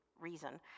reason